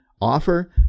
Offer